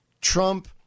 Trump